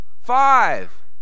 five